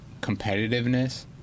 competitiveness